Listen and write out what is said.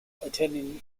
attending